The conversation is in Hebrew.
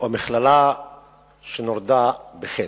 או מכללה שנולדה בחטא,